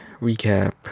recap